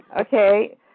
okay